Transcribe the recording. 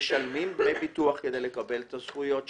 שמשלמים דמי ביטוח כדי לקבל את הזכויות שלהם,